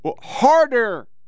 harder